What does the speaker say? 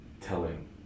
telling